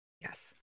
Yes